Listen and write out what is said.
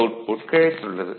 output கிடைத்துள்ளது